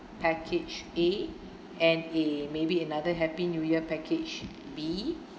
package A and a maybe another happy new year package B